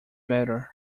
better